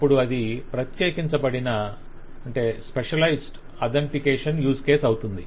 అప్పుడు అది ప్రత్యేకించబడిన అథెంటికేషన్ యూస్ కేసు అవుతుంది